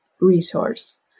resource